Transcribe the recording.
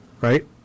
Right